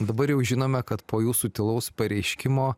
dabar jau žinome kad po jūsų tylaus pareiškimo